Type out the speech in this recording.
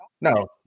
No